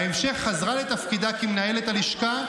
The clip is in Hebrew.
בהמשך חזרה לתפקידה כמנהלת הלשכה,